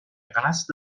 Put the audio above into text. قصد